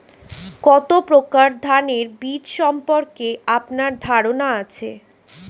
কত প্রকার ধানের বীজ সম্পর্কে আপনার ধারণা আছে?